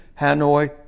Hanoi